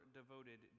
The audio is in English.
devoted